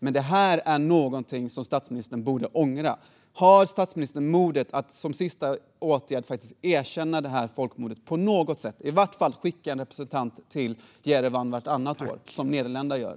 Men det här är någonting som statsministern borde ångra. Har statsministern modet att som sista åtgärd faktiskt erkänna seyfo på något sätt? Sverige kunde i vart fall skicka en representant till Jerevan vartannat år, som Nederländerna gör.